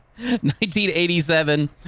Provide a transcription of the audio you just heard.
1987